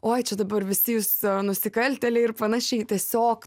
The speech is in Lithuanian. oi čia dabar visi jūs nusikaltėliai ir panašiai tiesiog